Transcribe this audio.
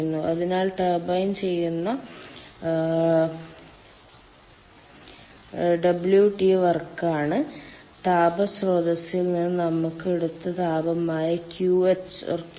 അതിനാൽ ടർബൈൻ ചെയ്യുന്ന ഡബ്ല്യുടി വർക്കാണ് താപ സ്രോതസ്സിൽ നിന്ന് നമ്മൾ എടുത്ത താപമായ QH Q1